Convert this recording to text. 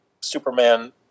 Superman